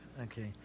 Okay